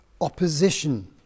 opposition